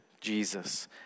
Jesus